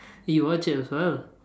you watch it as well